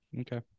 Okay